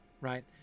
Right